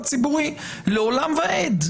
המדוורים רוצים שהדיוור יגיע לנמען בצורה הטובה ביותר.